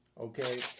Okay